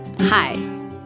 Hi